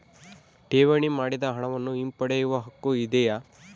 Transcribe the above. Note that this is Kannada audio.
ಠೇವಣಿ ಮಾಡಿದ ಹಣವನ್ನು ಹಿಂಪಡೆಯವ ಹಕ್ಕು ಇದೆಯಾ?